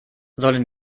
sollen